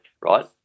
right